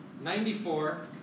94